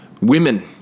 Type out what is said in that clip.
women